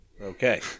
Okay